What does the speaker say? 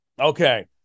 Okay